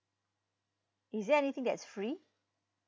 is there anything that's free